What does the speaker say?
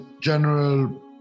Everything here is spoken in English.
general